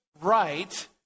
right